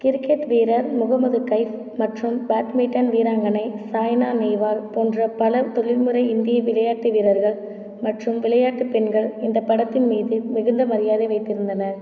cricket வீரர் முகமது கைஃப் மற்றும் badminton வீராங்கனை சாய்னா நேவால் போன்ற பல தொழில்முறை இந்திய விளையாட்டு வீரர்கள் மற்றும் விளையாட்டு பெண்கள் இந்த படத்தின் மீது மிகுந்த மரியாதை வைத்திருந்தனர்